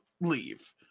leave